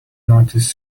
notice